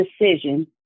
decision